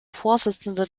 vorsitzender